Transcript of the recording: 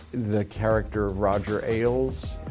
the character, roger ailes,